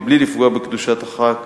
מבלי לפגוע בקדושת החג,